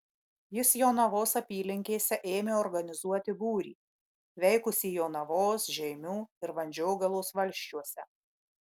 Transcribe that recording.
jis jonavos apylinkėse ėmė organizuoti būrį veikusį jonavos žeimių ir vandžiogalos valsčiuose